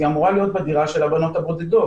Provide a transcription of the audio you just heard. היא אמורה להיות בדירה של הבנות הבודדות.